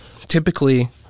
typically